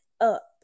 up